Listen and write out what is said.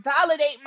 validate